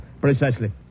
Precisely